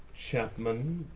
chapman? er,